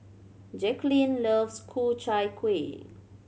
Jacqulyn loves Ku Chai Kueh